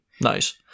Nice